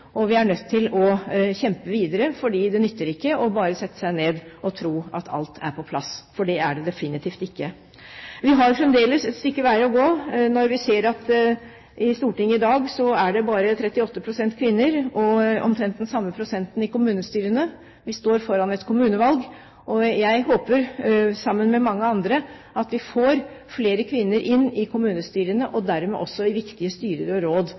og vi er nødt til å kjempe videre, for det nytter ikke bare å sette seg ned og tro at alt er på plass, for det er det definitivt ikke. Vi har fremdeles et stykke vei å gå, når vi ser at det i dag bare er 38 pst. kvinner i Stortinget og omtrent den samme prosenten i kommunestyrene. Vi står foran et kommunevalg, og jeg håper – sammen med mange andre – at vi får flere kvinner inn i kommunestyrene, og dermed også i viktige styrer og råd